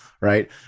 right